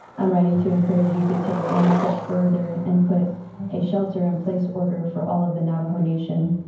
i'm writing to encourage you to take one step further and put a shelter in place, order for all of the navajo nation.